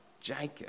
Jacob